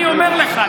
אני אומר לך,